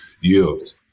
yields